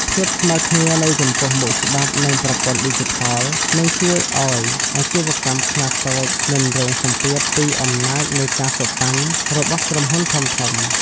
ភាពស្មើគ្នានៅចំពោះមុខច្បាប់ និងប្រព័ន្ធឌីជីថល នឹងជួយឱ្យអាជីវកម្មខ្នាតតូចមិនរងសម្ពាធពីអំណាចនៃ ការសូកប៉ាន់ របស់ក្រុមហ៊ុនធំៗ។